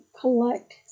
collect